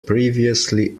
previously